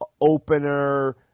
opener